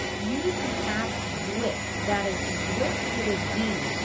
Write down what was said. use the app zwift, that is zwift, with a z,